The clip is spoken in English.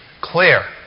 clear